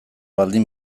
baldin